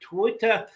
Twitter